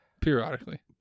periodically